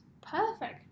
perfect